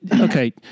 okay